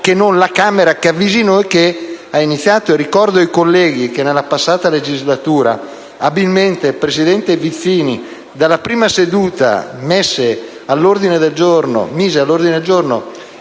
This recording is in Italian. la Camera ci avvisi che ha iniziato. Ricordo ai colleghi che, nella passata legislatura, abilmente il presidente Vizzini dalla prima seduta mise all'ordine del giorno